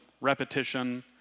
repetition